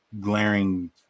glaring